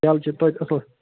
کیلہٕ چھِ توتہِ اصٕل